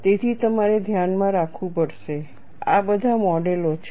તેથી તમારે ધ્યાનમાં રાખવું પડશે આ બધા મોડેલો છે